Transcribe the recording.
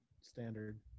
standard